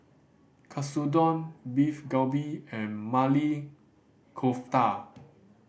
Katsudon Beef Galbi and Maili Kofta